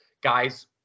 guys